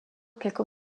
quelques